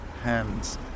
Hands